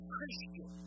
Christian